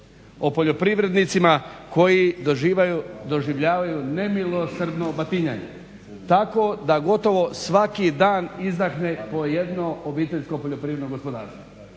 O poljoprivrednicima koji doživljavaju nemilosrdno batinjanje tako da gotovo svaki dan izdahne po jedno obiteljsko poljoprivredno gospodarstvo.